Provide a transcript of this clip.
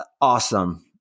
awesome